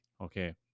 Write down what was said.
Okay